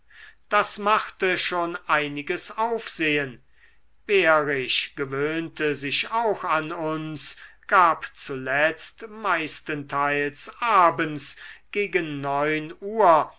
das machte schon einiges aufsehen behrisch gewöhnte sich auch an uns gab zuletzt meistenteils abends gegen neun uhr